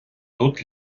тут